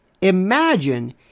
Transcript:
imagine